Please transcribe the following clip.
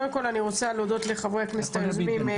קודם כל אני רוצה להודות לחברי הכנסת היוזמים,